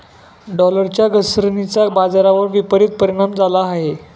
डॉलरच्या घसरणीचा बाजारावर विपरीत परिणाम झाला आहे